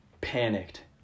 panicked